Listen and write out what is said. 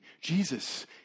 Jesus